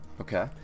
Okay